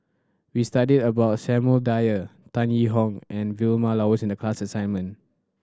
we studied about Samuel Dyer Tan Yee Hong and Vilma Laus in the class assignment